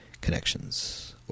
Connections